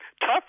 Tough